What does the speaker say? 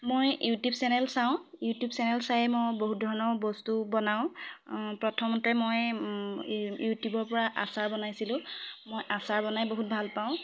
মই YouTube channel চাওঁ YouTube channel চাই মই বহুত ধৰণৰ বস্তু বনাও প্ৰথমতে মই ইউটিউবৰ পৰা আচাৰ বনাইছিলোঁ মই আচাৰ বনাই বহুত ভাল পাওঁ